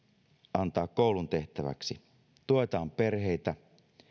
antaa koulun tehtäväksi tuetaan perheitä